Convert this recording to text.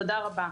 תודה רבה.